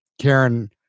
karen